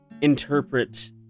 interpret